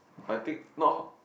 I think not hot